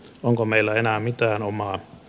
onko meillä enää mitään omaa